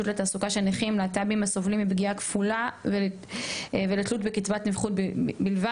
לתעסוקה של נכים להט"בים הסובלים מפגיעה כפולה ולתלות בקצבת נכות בלבד.